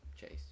chase